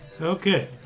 Okay